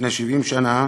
שלפני 70 שנה